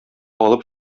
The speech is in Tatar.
алып